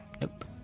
Nope